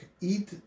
eat